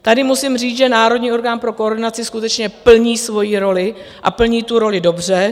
Tady musím říct, že Národní orgán pro koordinaci skutečně plní svoji roli, a plní tu roli dobře.